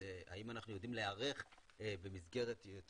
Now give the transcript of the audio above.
האם אנחנו יודעים להיערך במסגרת יותר